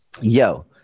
Yo